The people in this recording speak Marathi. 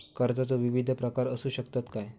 कर्जाचो विविध प्रकार असु शकतत काय?